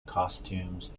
costumes